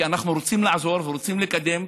כי אנחנו רוצים לעזור ורוצים לקדם,